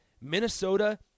Minnesota